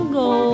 go